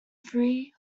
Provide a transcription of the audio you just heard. free